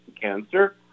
cancer